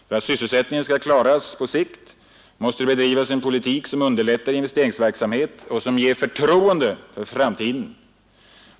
För att sysselsättningen skall klaras på sikt måste det bedrivas en politik, som underlättar investeringsverksamhet och ger förtroende för framtiden.